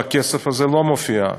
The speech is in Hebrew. והכסף הזה לא מופיע,